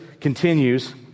continues